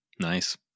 Nice